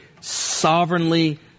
sovereignly